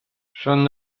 són